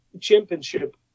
championship